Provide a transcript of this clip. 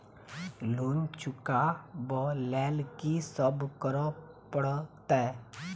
Loan चुका ब लैल की सब करऽ पड़तै?